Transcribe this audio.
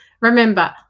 Remember